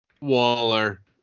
Waller